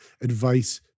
advice